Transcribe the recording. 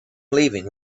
leaving